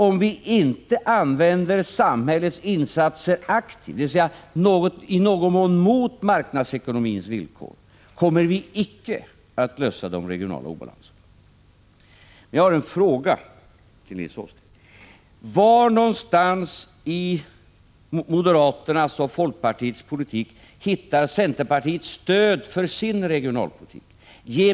Om vi inte använder samhällets insatser aktivt, dvs. i någon mån mot marknadsekonomins villkor, kommer vi inte att kunna minska den regionala obalansen. Jag vill fråga Nils Åsling: Var i moderaternas och folkpartiets politik hittar centern stöd för sin regionalpolitik?